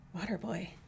Waterboy